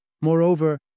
Moreover